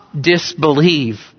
disbelieve